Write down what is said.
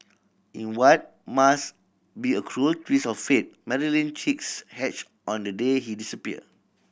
in what must be a cruel twist of fate Marilyn chicks hatched on the day he disappeared